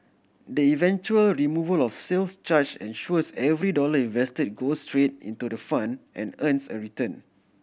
the eventual removal of sales charge ensures every dollar invested goes straight into the fund and earns a return